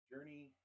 Journey